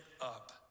up